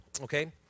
okay